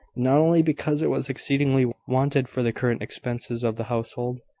not only because it was exceedingly wanted for the current expenses of the household,